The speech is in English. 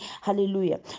hallelujah